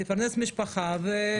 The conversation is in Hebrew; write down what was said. תפרנס משפחה ותתקדם.